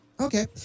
Okay